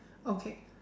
okay